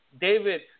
David